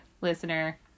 listener